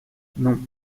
non